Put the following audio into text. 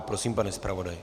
Prosím, pane zpravodaji.